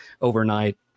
overnight